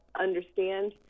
understand